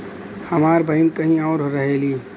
हमार बहिन कहीं और रहेली